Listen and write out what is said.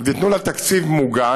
אז ייתנו לה תקציב מוגן,